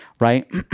Right